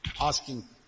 asking